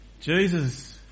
Jesus